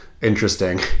interesting